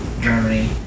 Germany